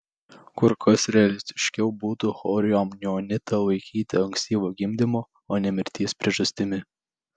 kur kas realistiškiau būtų chorioamnionitą laikyti ankstyvo gimdymo o ne mirties priežastimi